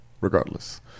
regardless